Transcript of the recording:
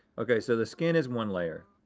okay, so the skin is one layer,